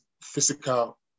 physical